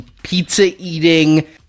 pizza-eating